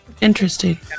Interesting